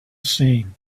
scene